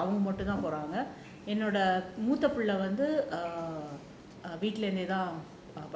அவங்க மட்டும் தான் போறாங்க என்னோட மூத்த பிள்ள வந்து வீட்ல இருந்துதான் படிக்குறாங்க:avanga mattum thaan poraanga mootha pilla vanthu veetla irunthuthaan